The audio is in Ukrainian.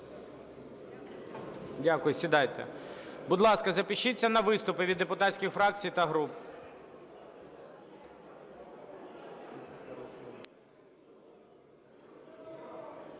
Дякую. Сідайте. Будь ласка, запишіться на виступи від депутатських фракцій та груп.